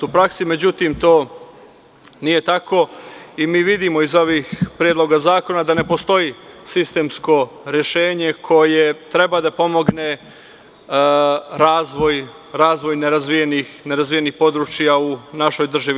U praksi to međutim nije tako i mi vidimo iz ovih predloga zakona da ne postoji sistemsko rešenje koje treba da pomogne razvoj nerazvijenih područja u našoj državi.